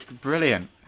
Brilliant